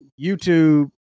YouTube